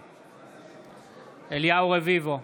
נגד אליהו רביבו,